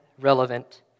relevant